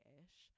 ish